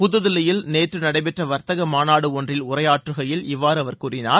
புதுதில்லியில் நேற்று நடைபெற்ற வர்த்தக மாநாடு ஒன்றில் உரையாற்றுகையில் இவ்வாறு அவர் கூறினார்